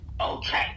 Okay